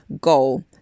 goal